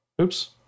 Oops